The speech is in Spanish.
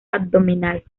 abdominal